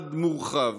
לממ"ד מורחב